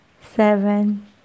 Seven